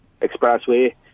Expressway